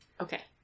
Okay